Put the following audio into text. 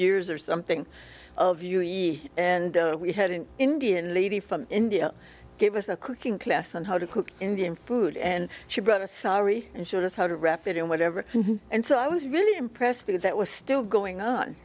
years or something and we had an indian lady from india give us a cooking class on how to cook indian food and she brought a salary and showed us how to wrap it in whatever and so i was really impressed because that was still going on